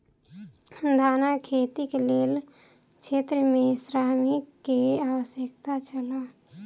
धानक खेतीक लेल बहुत क्षेत्र में श्रमिक के आवश्यकता छल